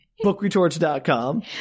bookretorts.com